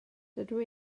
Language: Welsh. dydw